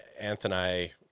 Anthony